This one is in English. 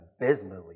abysmally